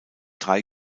drei